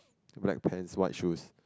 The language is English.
black pants white shoes